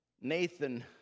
Nathan